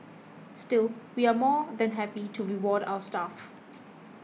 still we are more than happy to reward our staff